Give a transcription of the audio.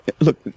look